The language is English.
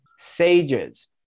sages